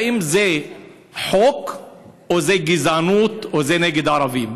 האם זה חוק או זו גזענות או זה נגד ערבים?